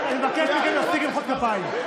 אני מבקש מכם להפסיק למחוא כפיים.